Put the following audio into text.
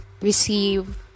receive